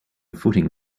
footing